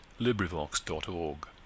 LibriVox.org